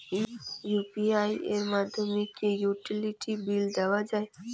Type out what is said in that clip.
UPI এর মাধ্যমে কি ইউটিলিটি বিল দেওয়া যায়?